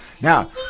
Now